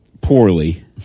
poorly